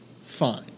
fine